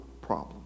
problem